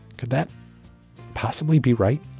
could that possibly be right?